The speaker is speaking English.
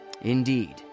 Indeed